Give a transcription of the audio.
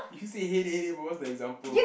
you say hate it hate it but what's the example